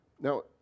Now